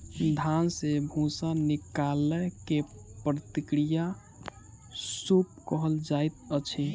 धान से भूस्सा निकालै के प्रक्रिया के सूप कहल जाइत अछि